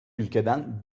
ülkeden